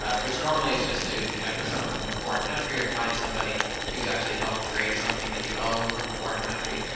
ah which normally is just to connect with someone from a foreign country, or to find somebody who's actually helped create something that you own from a foreign country,